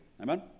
amen